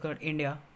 India